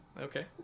Okay